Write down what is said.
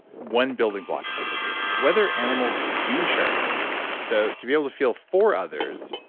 one building block of empathy. it's like whether animals do share emotions. so to be able to feel for others,